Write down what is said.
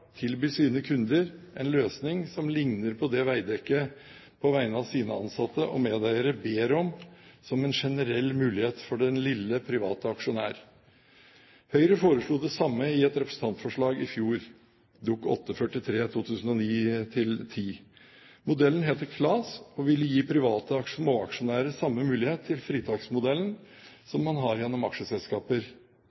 tilbyr sine kunder en løsning som ligner på det Veidekke på vegne av sine ansatte og medeiere ber om som en generell mulighet for den lille, private aksjonær. Høyre foreslo det samme i et representantforslag i fjor, Dokument 8:43 S for 2009–2010. Modellen heter KLAS og ville gi private småaksjonærer samme mulighet til fritaksmodellen